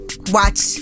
watch